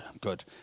good